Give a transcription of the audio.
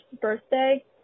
birthday